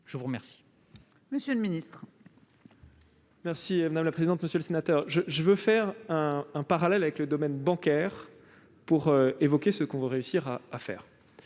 je vous remercie